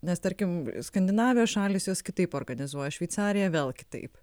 nes tarkim skandinavijos šalys jos kitaip organizuoja šveicarija vėl kitaip